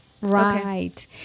Right